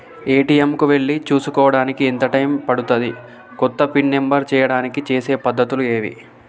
ATM కు వెళ్లి చేసుకోవడానికి ఎంత టైం పడుతది? కొత్తగా పిన్ నంబర్ చేయడానికి చేసే పద్ధతులు ఏవి?